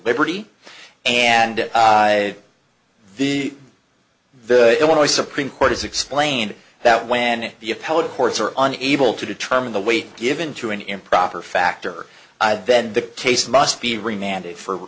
liberty and the the illinois supreme court has explained that when the appellate courts are unable to determine the weight given to an improper factor then the case must be remanded for